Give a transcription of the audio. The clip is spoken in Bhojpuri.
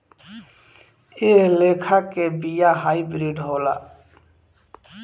एह लेखा के बिया हाईब्रिड होला